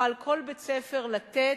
יוכל כל בית-ספר לתת